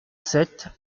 sept